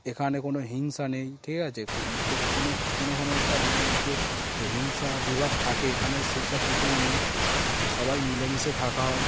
এখানে কোনো হিংসা নেই ঠিক আছে কোনো কোনো কোনো ধর্মের মধ্যে যে হিংসা বিবাদ থাকে এখানে সেই সব কিছুই নেই তো সবাই মিলেমিশে থাকা হয়